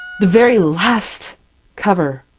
the very last cover,